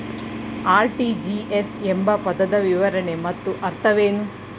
RTGS ಎಂಬ ಪದದ ವಿವರಣೆ ಮತ್ತು ಅರ್ಥವೇನು?